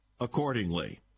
accordingly